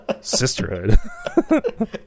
Sisterhood